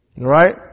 Right